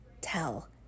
tell